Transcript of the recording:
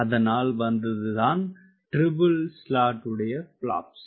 அதனால் வந்தது தான் ட்ரிபிள் ஸ்லாட்களுடைய பிளாப்ஸ்